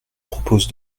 propose